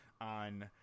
on